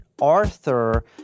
Arthur